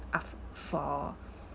aft~ for